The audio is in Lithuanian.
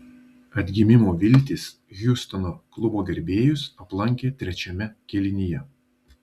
atgimimo viltys hjustono klubo gerbėjus aplankė trečiame kėlinyje